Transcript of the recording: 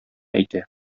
әйтә